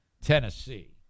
Tennessee